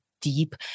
deep